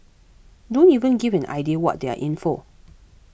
don't even give an idea what they are in for